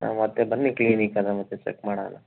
ಮತ್ತೆ ಬನ್ನಿ ಕ್ಲಿನಿಕ್ ಅಲ್ಲ ಮತ್ತೆ ಚೆಕ್ ಮಾಡೋಣ